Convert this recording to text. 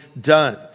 done